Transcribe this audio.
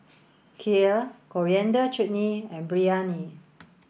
kheer Coriander Chutney and Biryani